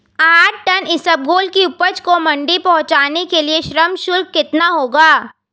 आठ टन इसबगोल की उपज को मंडी पहुंचाने के लिए श्रम शुल्क कितना होगा?